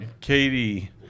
Katie